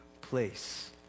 place